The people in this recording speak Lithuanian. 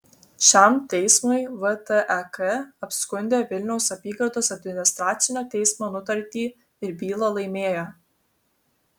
šiam teismui vtek apskundė vilniaus apygardos administracinio teismo nutartį ir bylą laimėjo